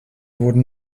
wurden